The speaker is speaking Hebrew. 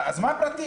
אז מה אם זה פרטי?